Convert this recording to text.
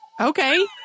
Okay